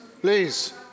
please